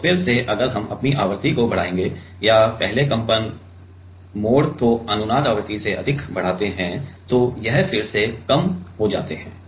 और फिर से अगर हम अपनी आवृत्ति को बढ़ायेगे या पहले कंपन मोड को अनुनाद आवृत्ति से अधिक बढ़ाते हैं तो यह फिर से कम हो जाते हैं